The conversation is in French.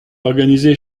organisée